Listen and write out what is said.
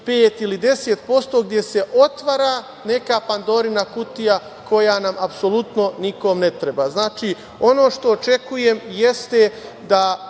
5% ili 10% gde se otvara neka Pandorina kutija koja apsolutno nikome ne treba. Znači, ono što očekujem jeste da